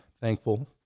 thankful